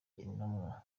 intumwa